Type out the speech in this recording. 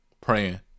praying